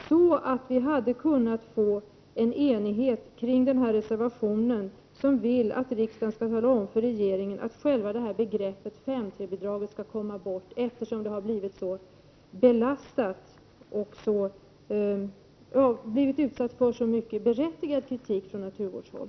Vi borde ha kunnat få en enighet kring den här reservationen, där vi föreslår att riksdagen skall tala om för regeringen att själva begreppet 5:3-bidraget skall tas bort, eftersom det har blivit så belastat och utsatt för så mycken berättigad kritik från naturvårdshåll.